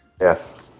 Yes